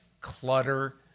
clutter